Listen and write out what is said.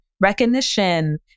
recognition